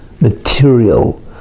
material